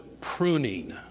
pruning